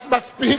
מספיק.